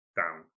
down